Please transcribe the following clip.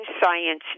science